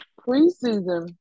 preseason